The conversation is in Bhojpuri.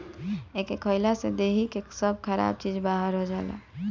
एके खइला से देहि के सब खराब चीज बहार हो जाला